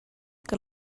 que